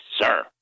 sir